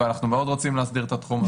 אנחנו מאוד רוצים להסדיר את התחום.